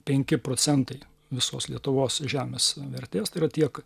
penki procentai visos lietuvos žemės vertės tai yra tiek